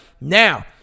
Now